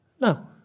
No